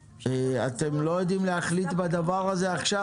אתם לא יודעים להחליט בדבר הזה עכשיו?